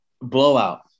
blowout